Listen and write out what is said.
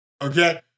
Okay